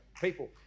people